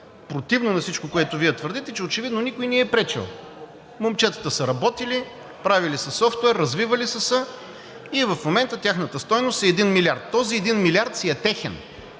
на всичко това, което вие твърдите – че очевидно никой не им е пречил. Момчетата са работили, правили са софтуер, развивали са се и в момента тяхната стойност е 1 милиард. Този един милиард си е техен,